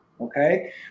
Okay